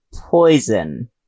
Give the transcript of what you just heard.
poison